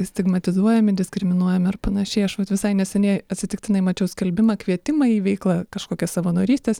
stigmatizuojami diskriminuojami ar panašiai aš visai neseniai atsitiktinai mačiau skelbimą kvietimą į veiklą kažkokią savanorystės